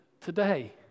today